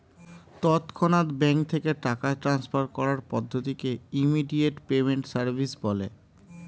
তৎক্ষণাৎ ব্যাঙ্ক থেকে টাকা ট্রান্সফার করার পদ্ধতিকে ইমিডিয়েট পেমেন্ট সার্ভিস বলে